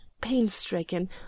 pain-stricken